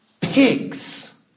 pigs